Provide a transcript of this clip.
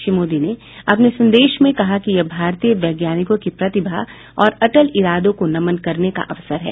श्री मोदी ने अपने संदेश में कहा कि यह भारतीय वैज्ञानिकों की प्रतिभा और अटल इरादों को नमन करने का अवसर है